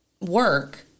work